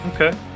okay